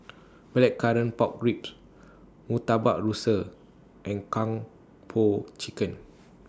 Blackcurrant Pork Ribs Murtabak Rusa and Kung Po Chicken